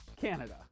Canada